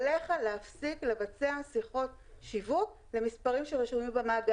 עליך להפסיק לבצע שיחות שיווק למספרים שרשומים במאגר.